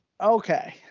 Okay